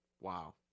Wow